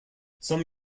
some